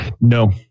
No